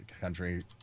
country